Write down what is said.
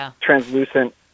translucent